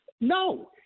No